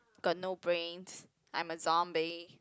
got no brains I'm a zombie